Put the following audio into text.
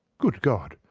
good god!